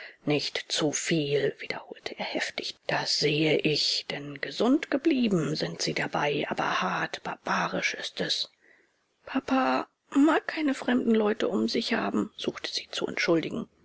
nicht zuviel wiederholte er heftig das sehe ich denn gesund geblieben sind sie dabei aber hart barbarisch ist es papa mag keine fremden leute um sich haben suchte sie zu entschuldigen